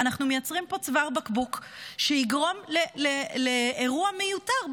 אנחנו מייצרים פה צוואר בקבוק שיגרום לאירוע מיותר.